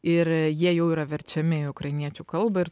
ir jie jau yra verčiami į ukrainiečių kalbą ir